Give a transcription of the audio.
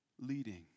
leading